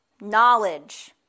knowledge